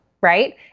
Right